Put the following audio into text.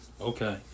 Okay